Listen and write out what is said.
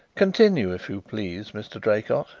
continue, if you please, mr. draycott,